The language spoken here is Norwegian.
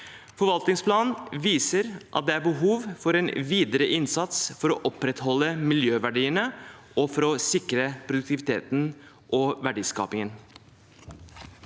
Forvaltningsplanen viser at det er behov for en videre innsats for å opprettholde miljøverdiene og for å sikre produktiviteten og verdiskapingen.